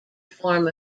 form